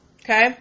Okay